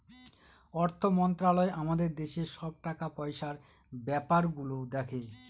অর্থ মন্ত্রালয় আমাদের দেশের সব টাকা পয়সার ব্যাপার গুলো দেখে